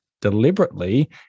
deliberately